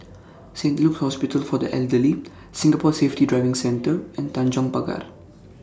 Saint Luke's Hospital For The Elderly Singapore Safety Driving Centre and Tanjong Pagar